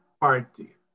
party